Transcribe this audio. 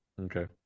Okay